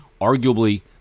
arguably